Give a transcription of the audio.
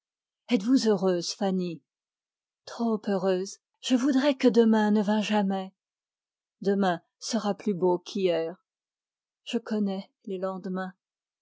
êtes-vous heureuse fanny trop heureuse je voudrais que demain ne vînt jamais demain sera pus beau qu'hier je connais les lendemains